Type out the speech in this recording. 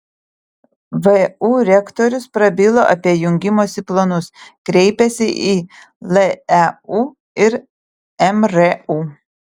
vu rektorius prabilo apie jungimosi planus kreipėsi į leu ir mru